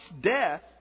death